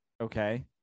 Okay